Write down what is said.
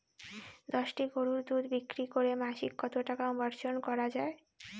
দশটি গরুর দুধ বিক্রি করে মাসিক কত টাকা উপার্জন করা য়ায়?